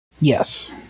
Yes